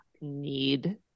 need